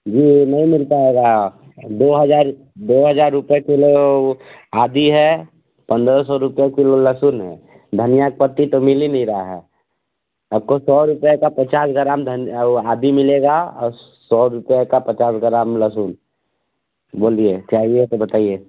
जी नहीं मिल पाएगा दो हजार दो हजार रुपए किलो आदि हैं पन्द्रह सौ रुपए किलो लहसुन है धनिया का पत्ती तो मिल ही नहीं रहा है आपको सौ रुपए का पचास ग्राम धन वो अदि मिलेगा और सौ रुपए का पचास ग्राम लहसुन बोलिए चाहिए तो बताइए